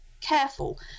careful